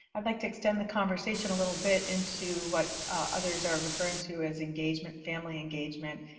i'd like to extend the conversation a little bit into what others are referring to as engagement, family engagement,